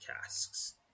casks